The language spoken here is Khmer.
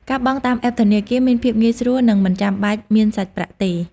ការបង់តាមអេបធនាគារមានភាពងាយស្រួលនិងមិនចាំបាច់មានសាច់ប្រាក់ទេ។